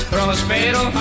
Prospero